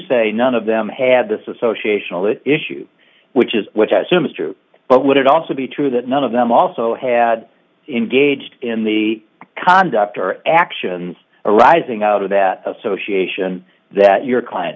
say none of them had this associational issue which is which i assume is true but would it also be true that none of them also had engaged in the conduct or actions arising out of that association that your client